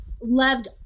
loved